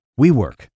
WeWork